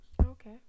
Okay